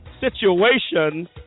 situation